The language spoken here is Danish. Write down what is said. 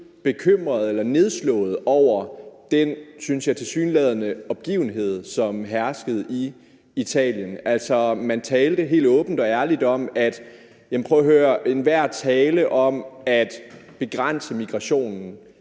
bekymret eller nedslået over den, synes jeg, tilsyneladende opgivende holdning, som herskede i Italien. Altså, man talte helt åbent og ærligt om det og sagde om at bekæmpe migrationen: